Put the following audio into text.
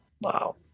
Wow